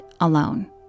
alone